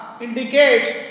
indicates